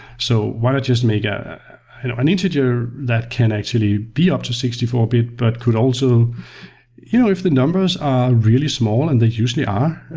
so why not just make ah an integer that can actually be up to sixty four bit but could also you know if the numbers are really small and they usually are,